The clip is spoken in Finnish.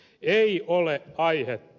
ei ole aihetta